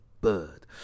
bird